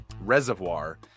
reservoir